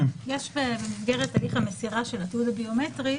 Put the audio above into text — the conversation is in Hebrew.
יש במסגרת הליך המסירה של התיעוד הביומטרי,